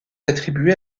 attribuée